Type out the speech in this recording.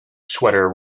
sweater